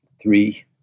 three